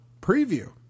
preview